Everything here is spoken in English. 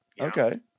Okay